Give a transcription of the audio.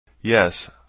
Yes